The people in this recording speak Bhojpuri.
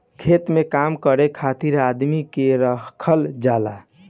खेत में काम करे खातिर आदमी के राखल जाला